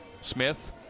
Smith